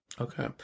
Okay